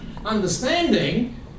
Understanding